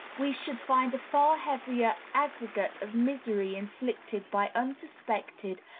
we should find a far heavier aggregate of misery inflicted by unsuspected,